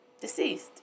deceased